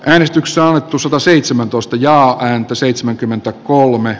äänestyksessä avattu sataseitsemäntoista ja häntä seitsemänkymmentäkolme